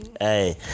Hey